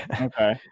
Okay